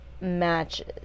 matches